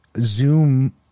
zoom